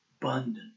abundant